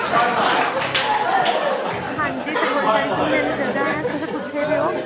हां जी इत्थें बड़ी सारी घूमने आह्ली जगह ऐ तुस कु'त्थें दे ओ